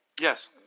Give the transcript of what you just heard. Yes